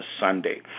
Sunday